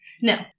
No